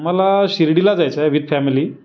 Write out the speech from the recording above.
मला शिर्डीला जायचं आहे विथ फॅमिली